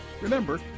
Remember